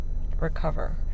recover